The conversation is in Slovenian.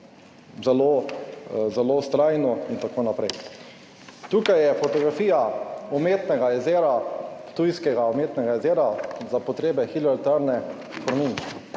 zelo vztrajno in tako naprej. Tukaj je fotografija umetnega jezera, Ptujskega umetnega jezera, za potrebe hidroelektrarne Formin.